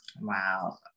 Wow